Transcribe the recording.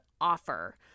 offer